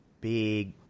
big